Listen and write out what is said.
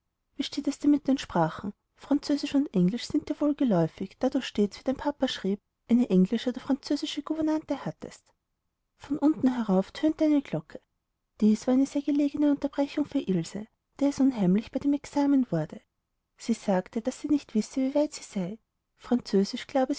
wie steht es mit den sprachen französisch und englisch sind dir wohl geläufig da du stets wie dein papa schrieb eine englische oder französische gouvernante hattest von unten herauf tönte eine glocke dies war eine sehr gelegene unterbrechung für ilse der es unheimlich bei dem examen wurde sie sagte daß sie nicht wisse wie weit sie sei französisch